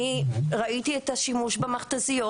אני ראיתי את השימוש במכת"זיות,